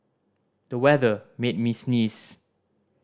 the weather made me sneeze